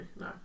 No